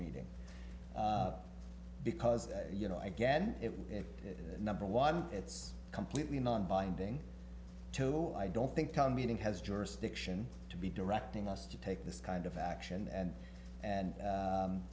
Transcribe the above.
meeting because you know again if number one it's completely non binding i don't think town meeting has jurisdiction to be directing us to take this kind of action and and